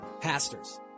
Pastors